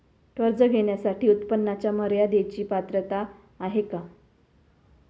कर्ज घेण्यासाठी उत्पन्नाच्या मर्यदेची पात्रता आहे का?